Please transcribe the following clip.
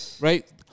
Right